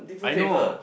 I know